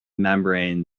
membrane